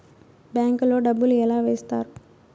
bank లో డబ్బులు ఎలా వేస్తారు